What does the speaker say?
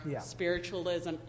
spiritualism